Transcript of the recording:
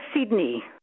Sydney